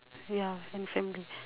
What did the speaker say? ya and family